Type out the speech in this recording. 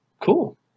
Cool